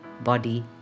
body